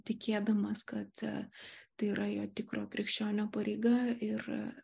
tikėdamas kad tai yra jo tikro krikščionio pareiga ir